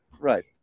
right